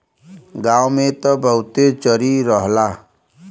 गांव में त बहुते चरी रहला